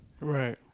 Right